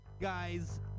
guys